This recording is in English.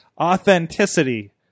authenticity